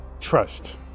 trust